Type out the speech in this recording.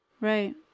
Right